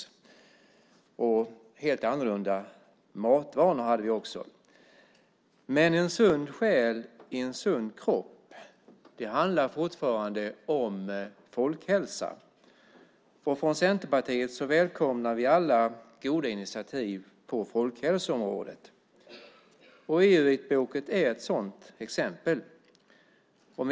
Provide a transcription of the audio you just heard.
Vi hade också helt annorlunda matvanor. En sund själ i en sund kropp handlar fortfarande om folkhälsa. Från Centerpartiet välkomnar vi alla goda initiativ på folkhälsoområdet. EU-vitboken är ett exempel på det.